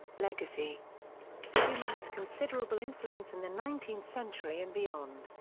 legacy schumann had considerable influence in the nineteenth century and beyond,